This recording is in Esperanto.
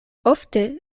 ofte